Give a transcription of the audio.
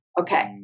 okay